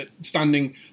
Standing